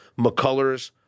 McCullers